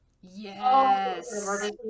Yes